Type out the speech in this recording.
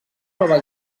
nova